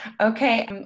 Okay